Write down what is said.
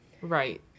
Right